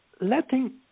letting